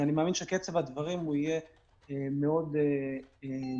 אני מאמין שקצב הדברים יהיה מאוד מהיר,